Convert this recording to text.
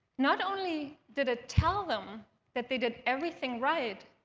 not only did it tell them that they did everything right,